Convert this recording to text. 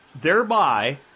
thereby